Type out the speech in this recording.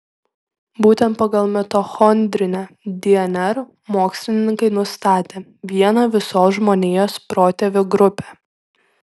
būtent pagal mitochondrinę dnr mokslininkai nustatė vieną visos žmonijos protėvių grupę